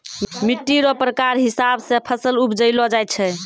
मिट्टी रो प्रकार हिसाब से फसल उपजैलो जाय छै